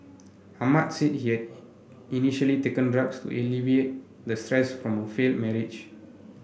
Ahmad said head initially taken drugs to alleviate the stress from a failed marriage